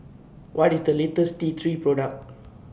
What IS The latest T three Product